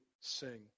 sing